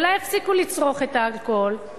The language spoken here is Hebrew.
ואולי יפסיקו לצרוך את האלכוהול,